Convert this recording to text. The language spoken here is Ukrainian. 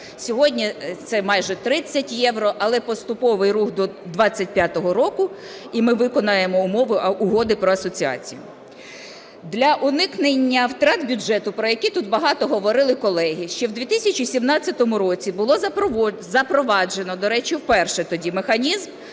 Сьогодні це майже 30 євро. Але поступовий рух до 25-го року, і ми виконаємо умови Угоди про асоціацію. Для уникнення втрат бюджету, про які тут багато говорили колеги, ще в 2017 році було запроваджено, до речі, вперше тоді механізм,